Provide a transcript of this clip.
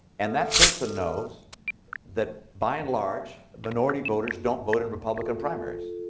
and that person knows that, by and large, minority voters don't vote in republican primaries.